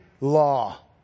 law